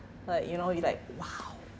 like you know you like !wow!